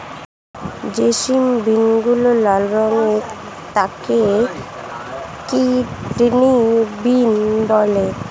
যে সিম বিনগুলো লাল রঙের তাকে কিডনি বিন বলে